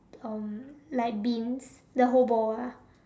um like beans the whole bowl lah